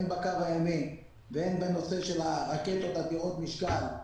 הן בקו הימי והן בנושא של הרקטות עתירות משקל,